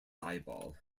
eyeball